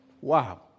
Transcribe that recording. Wow